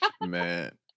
Man